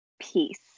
peace